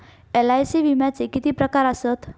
LIC विम्याचे किती प्रकार आसत?